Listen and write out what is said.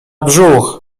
brzuch